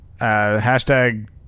hashtag